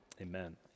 amen